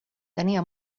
tenia